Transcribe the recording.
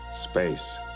space